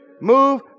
move